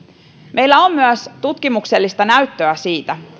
meillä on myös tutkimuksellista näyttöä siitä